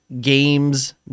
games